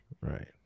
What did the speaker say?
Right